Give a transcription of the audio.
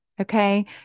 Okay